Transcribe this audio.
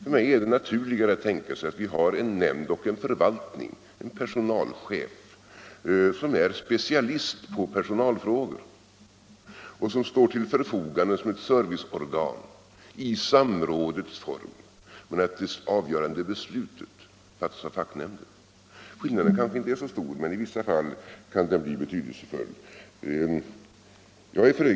För mig är det naturligare att tänka sig att vi har en nämnd och en förvaltning — en ”personalchef” — som är specialist på personalfrågor och som står till förfogande som ett serviceorgan i samrådets form, medan det avgörande beslutet fattas av facknämnden. Skillnaden kanske inte är så stor, men i vissa fall kan den bli betydelsefull.